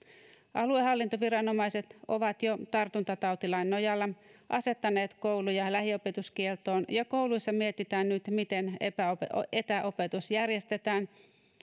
aluehallintoviranomaiset ovat jo tartuntatautilain nojalla asettaneet kouluja lähiopetuskieltoon ja kouluissa mietitään nyt miten etäopetus etäopetus järjestetään